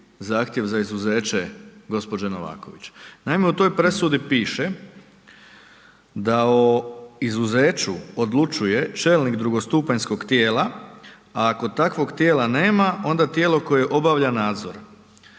zahtjev za izuzeće gđe. Novaković. Naime, u toj presudi piše da o izuzeću odlučuje čelnik drugostupanjskog tijela, a ako takvog tijela nema onda tijelo koje obavlja nadzor,